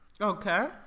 Okay